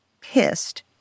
pissed